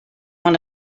one